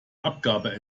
abgabe